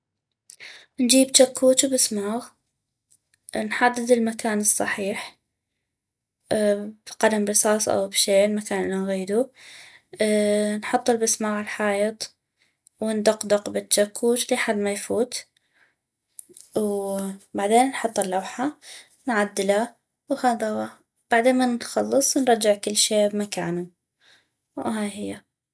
نجيب چكوچ وبسماغ نحدد المكان الصحيح بقلم رصاص او بشي المكان النغيدو نحط البسماغ عل حايط وندقدق بالچكوچ لي حد ما يفوت وبعدين نحط اللوحة نعدلها وهذا هو بعدين من نخلص نرجع كل شي بمكانو وهاي هي